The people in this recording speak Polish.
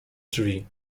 drzwi